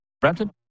Brampton